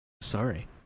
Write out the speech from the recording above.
Sorry